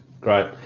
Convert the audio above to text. great